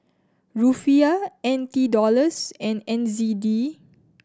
Rufiyaa N T Dollars and N Z D